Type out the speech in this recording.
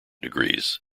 degrees